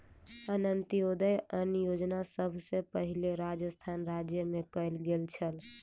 अन्त्योदय अन्न योजना सभ सॅ पहिल राजस्थान राज्य मे कयल गेल छल